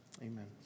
Amen